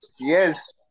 yes